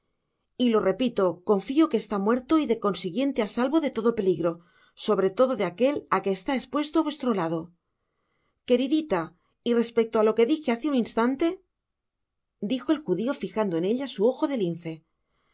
y lo repito confio que está muerto y de consiguiente á salvo de lodo peligro sobre todo de aquel á que estaba expuesto á vuestro lado queridita y respecto á lo que dije hace un instante dijo el judio fijando en ella su ojo de lince no